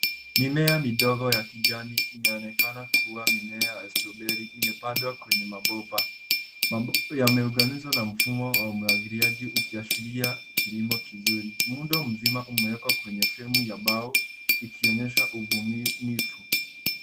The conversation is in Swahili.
Mimea midogo ya kijani, inaonekana kuwa mimea ya strawberry imepandwa kwenye mabomba, yameunganishwa na mfumo wa umwagiliaji ukiashiria kilimo kizuri. Muundo mzima umewekwa kwenye freme ya mbao ukionyesha ubunifu.